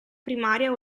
primaria